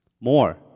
More